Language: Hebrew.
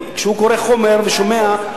כשהוא קורא חומר ושומע,